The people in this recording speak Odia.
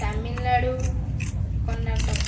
ତାମିଲନାଡୁ କର୍ଣ୍ଣାଟକ